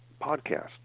podcast